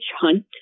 hunt